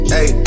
Hey